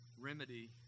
remedy